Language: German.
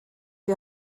die